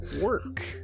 work